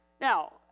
Now